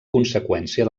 conseqüència